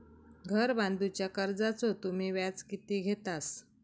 घर बांधूच्या कर्जाचो तुम्ही व्याज किती घेतास?